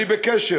אני בקשר